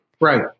Right